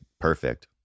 Perfect